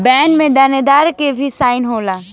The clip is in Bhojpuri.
बॉन्ड में देनदार के भी साइन होला